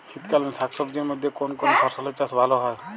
শীতকালীন শাকসবজির মধ্যে কোন কোন ফসলের চাষ ভালো হয়?